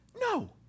No